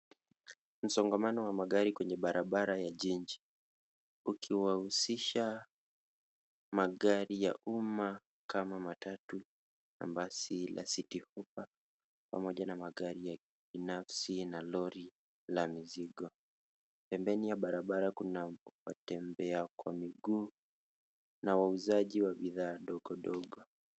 Msongamano wa magari kwenye barabara ya jiji ukiwahusisha magari ya umma kama matatu na basi la city hoppa pamoja na magari ya binafsi na lori la mizigo. Pembeni ya barabara kuna watembea kwa miguu na wauzaji wa bidhaa ndogondogo.